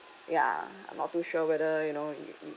ya I'm not too sure whether you know